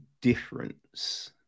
difference